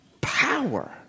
power